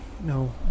no